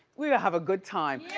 we're gonna have a good time.